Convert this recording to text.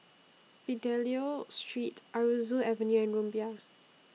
Fidelio Street Aroozoo Avenue and Rumbia